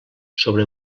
sobre